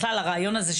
בכלל הרעיון הזה,